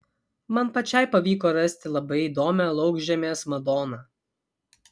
man pačiai pavyko rasti labai įdomią laukžemės madoną